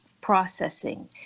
processing